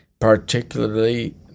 particularly